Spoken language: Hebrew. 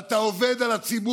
(אומר ביידיש ומתרגם:) אתה עובד על הציבור.